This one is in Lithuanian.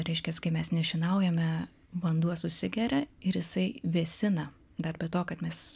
reiškiasi kai mes nešienaujame vanduo susigeria ir jisai vėsina dar be to kad mes